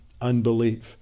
unbelief